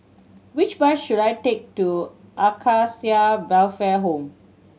which bus should I take to Acacia Welfare Home